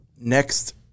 Next